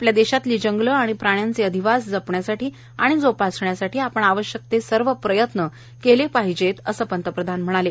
आपल्या देशातील जंगलं आणि प्राण्यांचे अधिवास जपण्यासाठी आणि जोपासण्यासाठी आपण आवश्यक ते सर्व प्रयत्न केले पाहिजेत असं पंतप्रधान म्हणाले